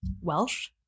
Welsh